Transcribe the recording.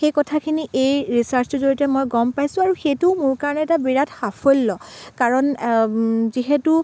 সেই কথাখিনি এই ৰিচাৰ্ছটোৰ জৰিয়তে মই গম পাইছোঁ আৰু সেইটোও মোৰ কাৰণে এটা বিৰাট সাফল্য কাৰণ যিহেতু